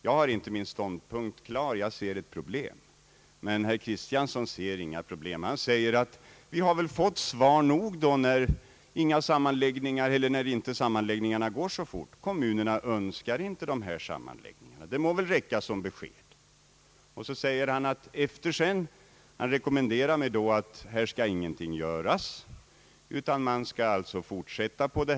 Jag har inte min ståndpunkt klar. Jag ser ett problem, men herr Kristiansson säger att vi har fått svar nog, när nu sammanläggningarna inte går så fort. Kommunerna önskar inte dessa sammanläggningar — det må väl räcka som besked, anser herr Kristiansson, och han rekommenderar mig att inte göra någonting utan låta allting fortsätta.